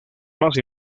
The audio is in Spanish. más